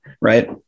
right